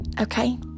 okay